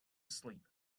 sleep